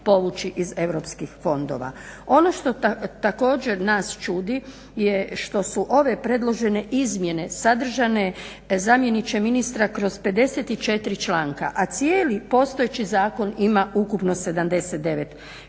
Ono što također nas čudi je što su ove predložene izmjene sadržane, zamjeniče ministra, kroz 54 članka, a cijeli postojeći zakon ima ukupno 79 članaka.